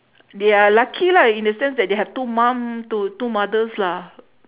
they are lucky lah in the sense that they have two mum to~ two mothers lah